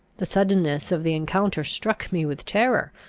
the suddenness of the encounter struck me with terror,